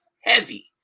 heavy